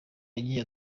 yagiye